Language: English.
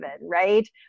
right